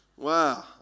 Wow